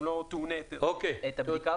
לא טעוני היתר.